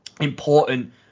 important